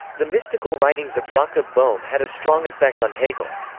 the mystical writings of jakob bohme had a strong effect on hegel.